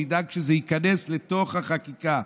שידאג שזה ייכנס לתוך החקיקה,